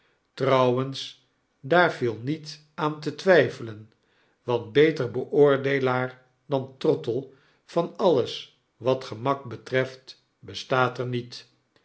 trouwens daar viel niet aan te twyfelen want beter beoordeelaar dan trottle van alles wat gemak betreft bestaat er nietr